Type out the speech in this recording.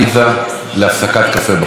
לא, באמת, זו הפעם האחרונה.